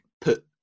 put